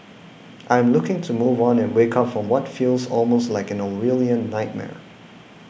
I am looking to move on and wake up from what feels almost like an Orwellian nightmare